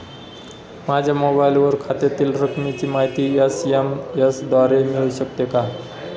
माझ्या मोबाईलवर खात्यातील रकमेची माहिती एस.एम.एस द्वारे मिळू शकते का?